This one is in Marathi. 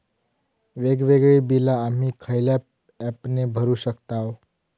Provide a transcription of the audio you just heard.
वेगवेगळी बिला आम्ही खयल्या ऍपने भरू शकताव?